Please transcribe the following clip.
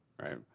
right?